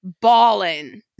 balling